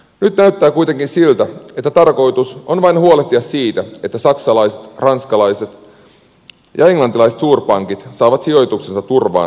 nyt näyttää kuitenkin siltä että tarkoitus on vain huolehtia siitä että saksalaiset ranskalaiset ja englantilaiset suurpankit saavat sijoituksensa turvaan veronmaksajien rahoilla